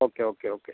okay okay okay